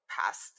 past